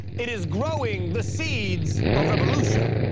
it is growing the seeds of revolution.